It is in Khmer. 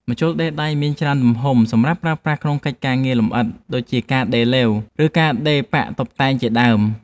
ម្ជុលដេរដៃមានច្រើនទំហំសម្រាប់ប្រើប្រាស់ក្នុងកិច្ចការងារលម្អិត ដូចជាការដេរឡេវ ឬការដេរប៉ាក់តុបតែងជាដើម។